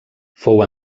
fou